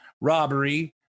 robbery